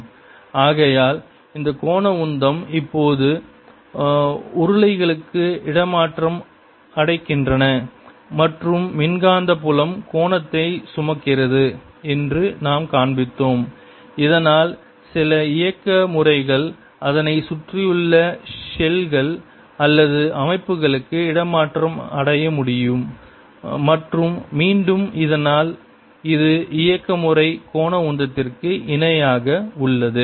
Net torque02dKdt Net angular momentum of the system02K ஆகையால் அந்த கோண உந்தம் இப்பொழுது உருளைகளுக்கு இடமாற்றம் அடைகின்றன மற்றும் மின்காந்த புலம் கோணத்தை சுமக்கிறது என்று நாம் காண்பித்தோம் இதனால் சில இயக்கமுறைகள் அதனை சுற்றியுள்ள ஷெல்கள் அல்லது அமைப்புகளுக்கு இடமாற்றம் அடைய முடியும் மற்றும் மீண்டும் இதனால் இது இயக்கமுறை கோண உந்ததிற்கு இணையாக உள்ளது